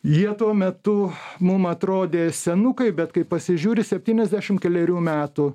jie tuo metu mum atrodė senukai bet kai pasižiūri septyniasdešim kelerių metų